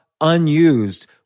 unused